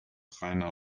rainer